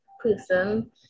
person